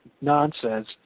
nonsense